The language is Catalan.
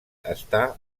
està